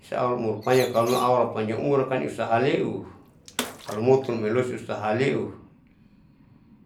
Insya allah umurpanjang kalomemang aulla panjang umurkan ia sahaleu kalomotun amalesu usahalee